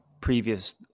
previous